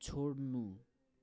छोड्नु